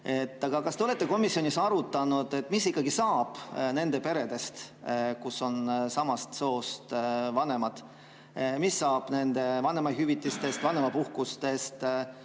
Aga kas te olete komisjonis arutanud, mis ikkagi saab nendest peredest, kus on samast soost vanemad? Mis saab nende vanemahüvitistest, vanemapuhkustest,